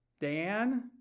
Dan